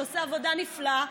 שעושה עבודה נפלאה,